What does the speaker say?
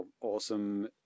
awesome